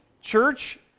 Church